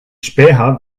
späher